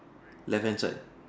left hand side